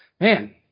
man